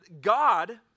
God